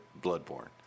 Bloodborne